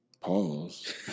Pause